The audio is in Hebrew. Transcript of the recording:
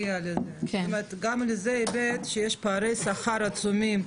זאת אומרת יש גם היבט שיש פערי שכר עצומים,